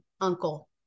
uncle